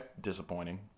disappointing